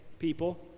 People